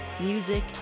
music